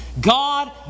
God